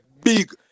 big